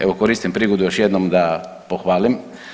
Evo koristim prigodu još jednom da pohvalim.